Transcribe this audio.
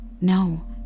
No